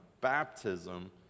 Baptism